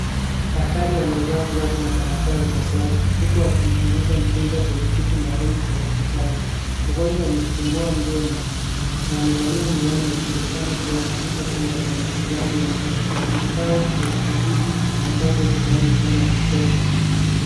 Daktari amevaa glavu na barakoa ya upasuaji huku akimchunguza mgonjwa kwenye kiti maalum cha hospitali. Mgonjwa amefungua mdomo na amevalia miwani akionekana kuwa katika chumba cha matibabu ya meno. Vifaa vya kitabibu kimepangwa ukutani upande wa kushoto.